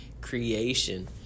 creation